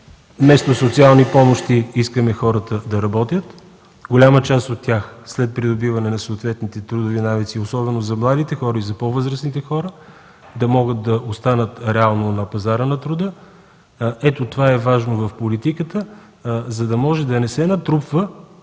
Вместо социални помощи искаме хората да работят. Голяма част от тях след придобиване на съответните трудови навици, особено за младите и по-възрастните, да могат да останат реално на пазара на труда. Ето това е важно в политиката, за да може да не се натрупват